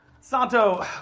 Santo